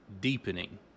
deepening